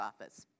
office